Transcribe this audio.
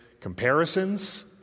comparisons